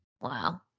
Wow